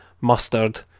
mustard